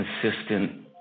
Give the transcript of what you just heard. consistent